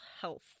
health